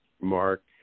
mark